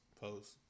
post